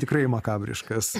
tikrai makabriškas